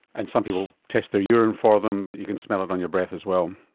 and some people test their urine for them but you can smell it on your breath as well.